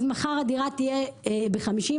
אז מחר הדירה תהיה ב-50,000-100,000,